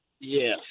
Yes